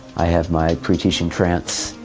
i have my pre-teaching trance.